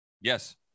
Yes